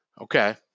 okay